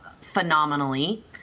Phenomenally